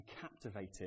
captivated